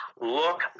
look